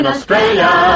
Australia